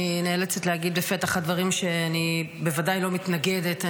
אני נאלצת להגיד בפתח הדברים שאני בוודאי לא מתנגדת.